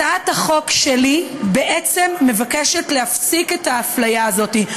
הצעת החוק שלי בעצם מבקשת להפסיק את האפליה הזאת,